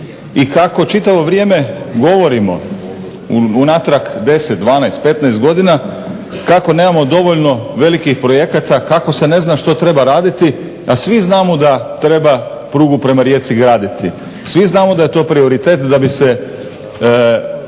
I kako čitavo vrijeme govorimo unatrag 10, 12, 15 godina kako nemamo dovoljno velikih projekata, kako se ne zna što treba raditi, a svi znamo da treba prugu prema Rijeci graditi. Svi znamo da je to prioritet da bi se